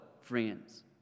friends